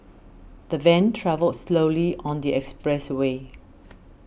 the van travelled slowly on the expressway